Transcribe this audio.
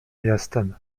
jestem